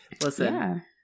Listen